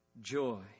joy